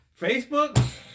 Facebook